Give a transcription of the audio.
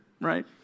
right